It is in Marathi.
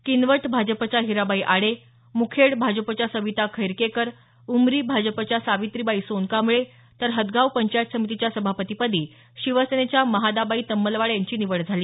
किनवट भाजपच्या हिराबाई आडे मुखेड भाजपच्या सविता खैरकेकर उमरी भाजपच्या सावित्रीबाई सोनकांबळे तर हदगाव पंचायत समितीच्या सभापतीपदी शिवसेनेच्या महादाबाई तम्मलवाड यांची निवड करण्यात आली